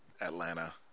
Atlanta